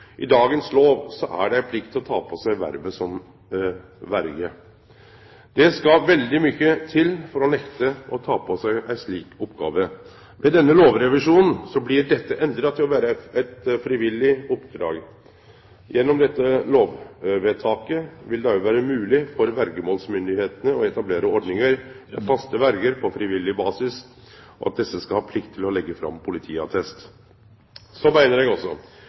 I dagens lov er det ei plikt å ta på seg vervet som verje. Det skal veldig mykje til for å nekte å ta på seg ei slik oppgåve. Med denne lovrevisjonen blir dette endra til å vere eit friviljug oppdrag. Gjennom dette lovvedtaket vil det òg vere mogleg for verjemålsstyresmaktene å etablere ordningar med faste verjer på friviljug basis, og desse skal ha plikt til å leggje fram politiattest. Så meiner eg